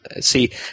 see